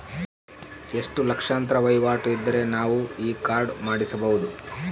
ಎಷ್ಟು ಲಕ್ಷಾಂತರ ವಹಿವಾಟು ಇದ್ದರೆ ನಾವು ಈ ಕಾರ್ಡ್ ಮಾಡಿಸಬಹುದು?